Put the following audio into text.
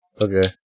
Okay